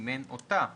סימן אותה